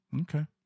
Okay